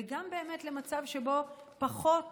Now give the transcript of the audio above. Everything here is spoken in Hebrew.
וגם באמת למצב שבו פחות